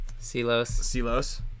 CELOS